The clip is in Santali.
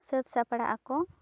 ᱥᱟᱹᱛ ᱥᱟᱯᱲᱟᱜ ᱟᱠᱚ